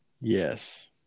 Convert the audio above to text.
Yes